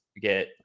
get